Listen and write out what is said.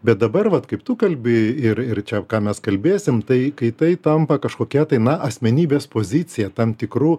bet dabar vat kaip tu kalbi ir ir čia ką mes kalbėsim tai kai tai tampa kažkokia tai na asmenybės pozicija tam tikrų